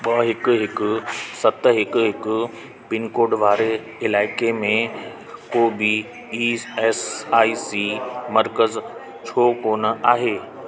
ॿ हिकु हिकु सत हिकु हिकु पिनकोड वारे इलाइक़े में को बि ई एस आई सी मर्कज़ छो कोन्ह आहे